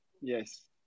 Yes